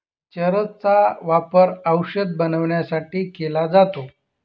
चरस चा वापर औषध बनवण्यासाठी केला जातो